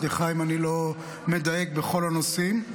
סליחה אם אני לא מדייק בכל הנושאים.